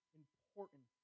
important